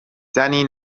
زنی